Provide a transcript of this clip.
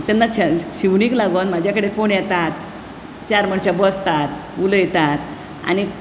तेन्ना छं शिवणीक लागून म्हजे कडेन कोण येतात चार मनशां बसतात उलयतात आनी